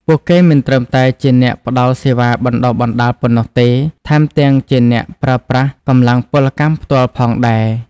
ពួកគេមិនត្រឹមតែជាអ្នកផ្តល់សេវាបណ្តុះបណ្តាលប៉ុណ្ណោះទេ ថែមទាំងជាអ្នកប្រើប្រាស់កម្លាំងពលកម្មផ្ទាល់ផងដែរ។